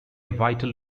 vital